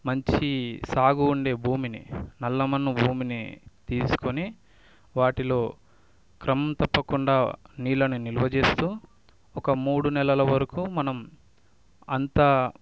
మంచి సాగు ఉండే భూమిని నల్ల మన్ను భూమిని తీసుకొని వాటిలో క్రమం తప్పకుండా నీళ్ళను నిలువ చేస్తూ ఒక మూడు నెలల వరకు మనం అంతా